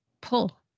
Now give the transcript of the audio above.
pull